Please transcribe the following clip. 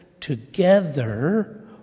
together